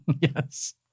Yes